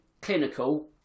clinical